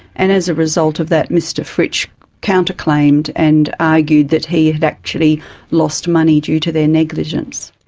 and as a result of that mr fritsch counter-claimed and argued that he had actually lost money due to their negligence.